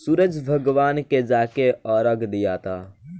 सूरज भगवान के जाके अरग दियाता